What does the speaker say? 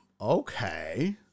Okay